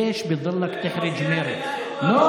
(אומר בערבית: למה אתה מביך את מרצ?) לא,